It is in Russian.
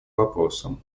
вопросам